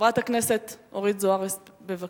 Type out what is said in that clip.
חברת הכנסת אורית זוארץ, בבקשה.